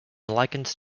likened